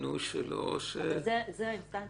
זה התפקיד